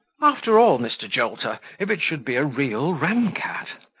after all, mr. jolter, if it should be a real ram-cat?